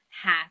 half